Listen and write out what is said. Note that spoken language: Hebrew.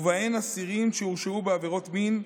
ובהם אסירים שהורשעו בעבירות מין,